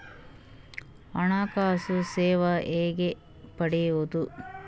ಹಣಕಾಸು ಸೇವಾ ಹೆಂಗ ಪಡಿಯೊದ?